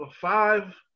five